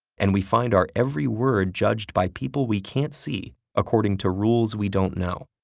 and we find our every word judged by people we can't see according to rules we don't know.